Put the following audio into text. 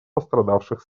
пострадавших